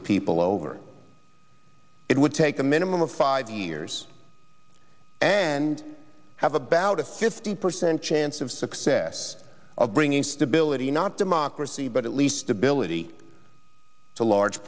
the people over it would take a minimum of five years and have about a fifty percent chance of success of bringing stability not democracy but at least ability to large